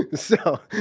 so,